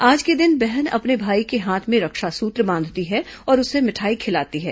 आज के दिन बहन अपने भाई के हाथ में रक्षासूत्र बांधती है और उसे मिठाई खिलाती है